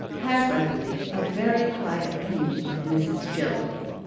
has, i believe, a very high opinion of mrs. jellyby.